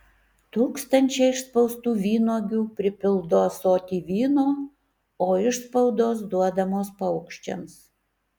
tūkstančiai išspaustų vynuogių pripildo ąsotį vyno o išspaudos duodamos paukščiams